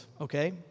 okay